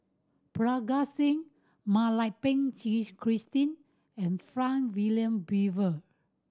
Parga Singh Mak Lai Peng Christine and Frank Wilmin Brewer